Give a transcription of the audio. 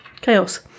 Chaos